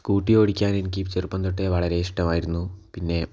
സ്ക്കൂട്ടി ഓടിക്കാൻ എനിക്ക് ചെറുപ്പം തൊട്ടേ എനിക്കിഷ്ട്ടമായിരുന്നു പിന്നെ